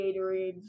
Gatorades